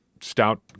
stout